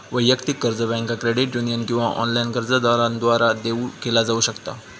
वैयक्तिक कर्ज बँका, क्रेडिट युनियन किंवा ऑनलाइन कर्जदारांद्वारा देऊ केला जाऊ शकता